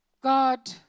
God